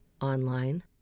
online